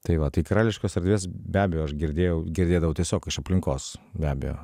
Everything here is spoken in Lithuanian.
tai va tai karališkos erdvės be abejo aš girdėjau girdėdavau tiesiog iš aplinkos be abejo